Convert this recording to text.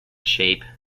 shape